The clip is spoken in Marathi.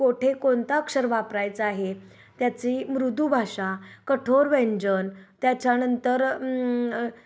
कोठे कोणतं अक्षर वापरायचं आहे त्याची मृदू भााषा कठोर व्यंजन त्याच्यानंतर